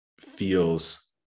feels